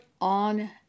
on